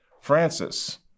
Francis